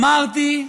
אמרתי,